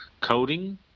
coding